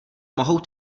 mohou